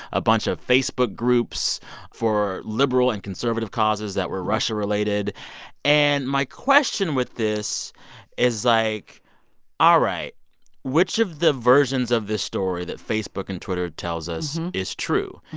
a bunch of facebook groups for liberal and conservative causes that were russia-related and my question with this is, like all right which of the versions of this story that facebook and twitter tells us is true?